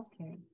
Okay